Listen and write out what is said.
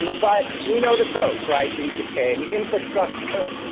um but but we know the tropes, right? the decaying infrastructure,